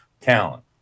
talent